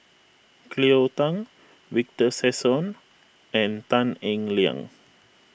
Cleo Thang Victor Sassoon and Tan Eng Liang